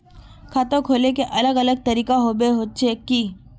खाता खोले के अलग अलग तरीका होबे होचे की?